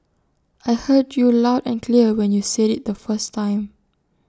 I heard you loud and clear when you said IT the first time